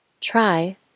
Try